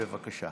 בבקשה.